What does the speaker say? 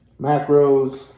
macros